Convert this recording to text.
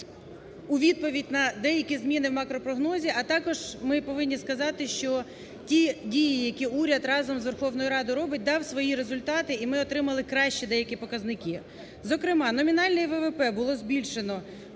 у відповідь на деякі зміни в макропрогнозі, а також ми повинні сказати, що ті дії, які уряд разом з Верховною Радою робить, дав свої результати і ми отримали кращі деякі показники, зокрема, номінальний ВВП було збільшено